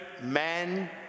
man